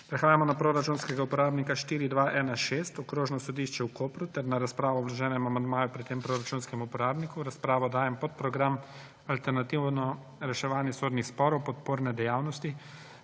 Prehajamo na proračunskega uporabnika 4216 Okrožno sodišče v Kopru ter na razpravo o vloženem amandmaju pri tem proračunskem uporabniku. V razpravo dajem podprogram Alternativno reševanje sodnih sporov – podporne dejavnosti